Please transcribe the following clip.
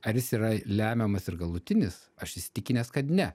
ar jis yra lemiamas ir galutinis aš įsitikinęs kad ne